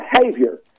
behavior